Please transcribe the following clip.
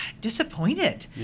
disappointed